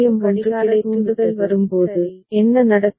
இப்போது கடிகார தூண்டுதல் வரும்போது என்ன நடக்கும்